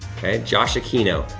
okay, josh aquino,